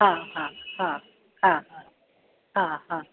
हा हा हा हा हा हा हा